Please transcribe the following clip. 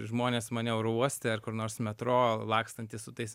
žmonės mane oro uoste ar kur nors metro lakstantį su tais